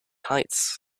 heights